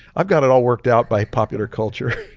i've got it all worked out by popular culture.